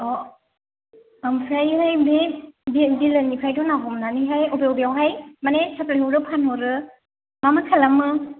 ओमफ्रायहाय बे बिलोनिफ्रायथ' ना हमनानैहाय अबे अबेयावहाय माने साप्लायहरो फानहरो मा मा खालामो